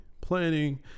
planning